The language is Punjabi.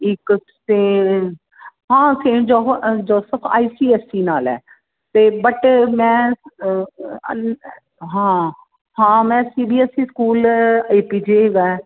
ਇੱਕ ਸੇ ਹਾਂ ਸੇਨ ਜੋ Joseph I C S C ਨਾਲ ਹੈ ਅਤੇ ਬਟ ਮੈਂ ਹਾਂ ਹਾਂ ਮੈਂ C B S E school A P J ਹੈਗਾ